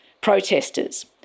protesters